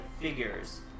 figures